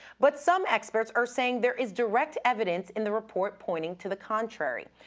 but some experts are saying there is direct evidence in the report pointing to the contrary.